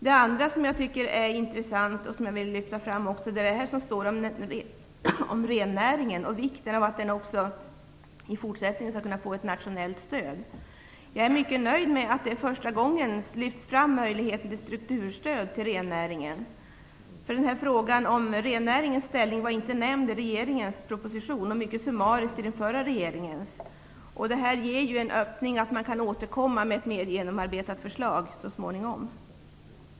Det andra som jag tycker är intressant och som jag vill lyfta fram är det som står i betänkandet om rennäringen och vikten av att den också i fortsättningen skall kunna få ett nationellt stöd. Jag är mycket nöjd med att man för första gången lyfter fram möjligheten till strukturstöd till rennäringen. Frågan om rennäringens ställning nämndes nämligen inte i regeringens proposition, och den nämndes mycket summariskt av den förra regeringen. Det här ger en öppning för regeringen att återkomma med ett mer genomarbetat förslag så småningom.